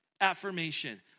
affirmation